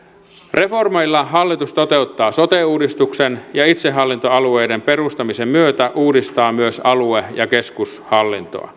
reformeilla hallitus toteuttaa sote uudistuksen ja itsehallintoalueiden perustamisen myötä uudistaa myös alue ja keskushallintoa